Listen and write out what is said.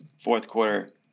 fourth-quarter